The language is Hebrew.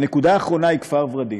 הנקודה האחרונה היא כפר ורדים.